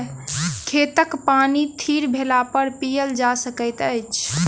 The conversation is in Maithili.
खेतक पानि थीर भेलापर पीयल जा सकैत अछि